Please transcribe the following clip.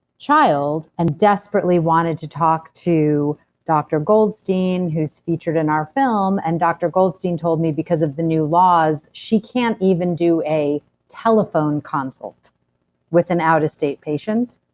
child, and desperately wanted to talk to dr. goldstein, who's featured in our film, and dr. goldstein told me because of the new laws, she can't even do a telephone consult with an out-of-state patient,